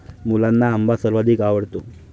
मुलांना आंबा सर्वाधिक आवडतो